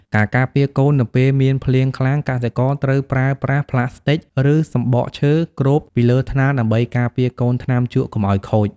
ការការពារកូន នៅពេលមានភ្លៀងខ្លាំង កសិករត្រូវប្រើប្រាស់ប្លាស្ទិក ឬសម្បកឈើគ្របពីលើថ្នាលដើម្បីការពារកូនថ្នាំជក់កុំឱ្យខូច។